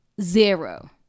Zero